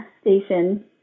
station